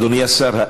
אדוני השר,